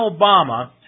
Obama